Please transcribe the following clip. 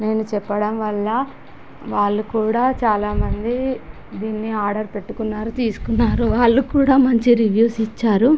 నేను చెప్పడంవల్ల వాళ్ళు కూడా చాలా మంది దీన్ని ఆర్డర్ పెట్టుకున్నారు తీసుకున్నారు వాళ్ళు కూడా మంచి రివ్యూస్ ఇచ్చారు